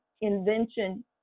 invention